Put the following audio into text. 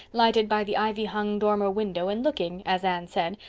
lighted by the ivy-hung dormer window and looking, as anne said,